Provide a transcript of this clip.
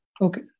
Okay